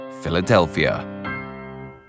Philadelphia